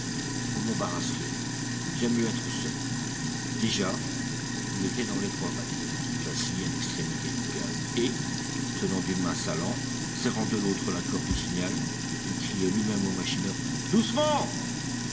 vous m'embarrasseriez j'aime mieux être seul déjà il était dans l'étroit baquet qui vacillait à l'extrémité du câble et tenant d'une main sa lampe serrant de l'autre la corde du signal il cria lui-même au machineur doucement